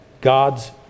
God's